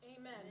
Amen